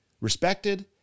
respected